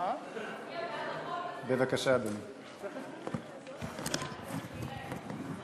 מבקשת להוסיף על חוקי-היסוד